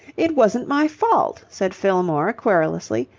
it wasn't my fault, said fillmore querulously.